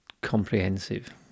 comprehensive